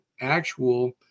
actual